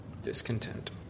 Discontent